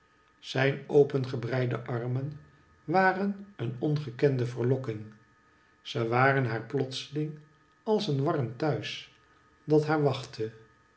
zijn opengebreide armen waren een ongekende verlokking ze waren haar plotseling als een warm thuis dat haar wachtte